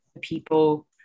people